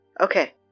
Okay